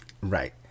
Right